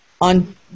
on